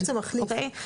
אוקיי?